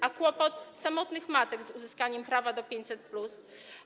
A kłopot samotnych matek z uzyskaniem prawa do 500+?